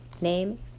Name